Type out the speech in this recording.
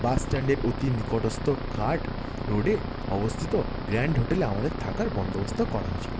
বাস স্ট্যান্ডের অতি নিকটস্ত কার্ট রোডে অবস্থিত গ্র্যান্ড হোটেলে আমাদের থাকার বন্দোবস্ত করা হয়েছিলো